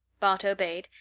bart obeyed,